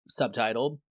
subtitled